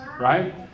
right